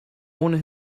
ohne